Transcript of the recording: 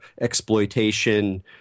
exploitation